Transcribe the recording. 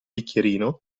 bicchierino